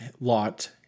Lot